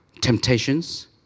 temptations